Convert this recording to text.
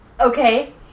Okay